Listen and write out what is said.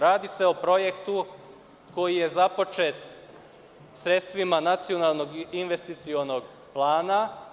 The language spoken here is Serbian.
Radi se o projektu koji je započet sredstvima Nacionalnog investicionog plana.